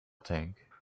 tank